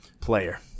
player